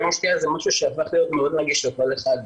השתייה הפכה להיות מאוד נגישה לכל אחד,